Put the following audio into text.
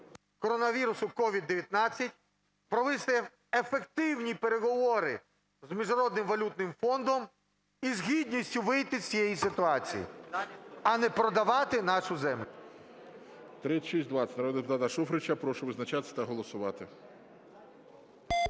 коронавірусу COVID-19, провести ефективні переговори з Міжнародним валютним фондом і з гідністю вийти з цієї ситуації, а не продавати нашу землю. ГОЛОВУЮЧИЙ. 3620 народного депутата Шуфрича, прошу визначатися та голосувати.